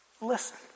listen